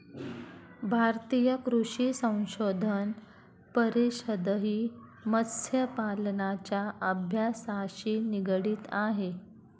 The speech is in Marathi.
भारतीय कृषी संशोधन परिषदही मत्स्यपालनाच्या अभ्यासाशी निगडित आहे